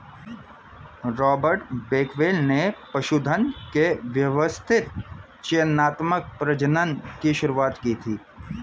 Robert Bakewell ने पशुधन के व्यवस्थित चयनात्मक प्रजनन की शुरुआत की थी